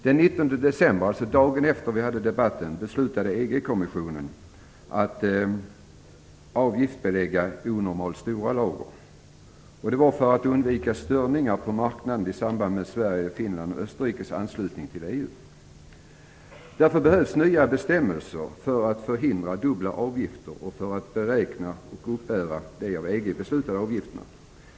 Den 19 december, dvs. dagen efter debatten, beslutade EG-kommissionen att avgiftsbelägga onormalt stora lager, för att undvika störningar på marknaden i samband med Sveriges, Finlands och Österrikes anslutning till EU. Därför behövs inte nya bestämmelser för att förhindra dubbla avgifter och för att beräkna och upphäva de av EG beslutade avgifterna.